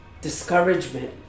discouragement